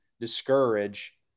discourage